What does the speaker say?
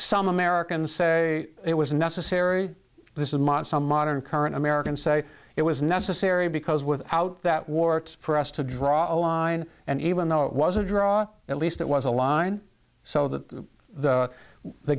some americans say it was necessary this is mon some modern current american say it was necessary because without that warts for us to draw a line and even though it was a draw at least it was a line so that the the